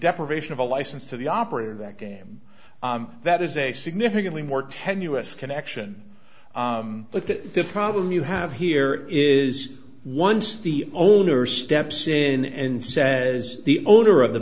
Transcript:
deprivation of a license to the operator that game that is a significantly more tenuous connection but that the problem you have here is once the owner steps in and says the owner of the